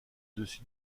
dessus